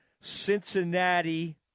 Cincinnati